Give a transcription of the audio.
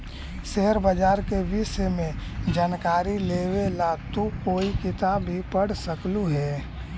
share बाजार के विष्य में जानकारी लेवे ला तू कोई किताब भी पढ़ सकलू हे